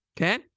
Okay